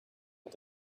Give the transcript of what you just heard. hat